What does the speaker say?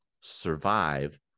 survive